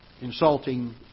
Insulting